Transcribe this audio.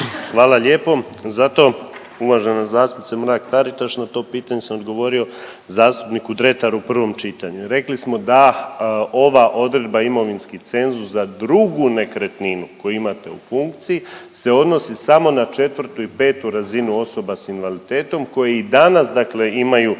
Hvala lijepo. Zato uvažena zastupnice Mrak Taritaš na to pitanje sam odgovorio zastupniku Dretaru u prvom čitanju i rekli smo da ova odredba imovinski cenzus za drugu nekretninu koju imate u funkciji se odnosi samo na 4. i 5. razinu osoba s invaliditetom koji i danas imaju